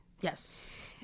Yes